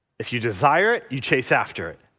if you desire it you chase after it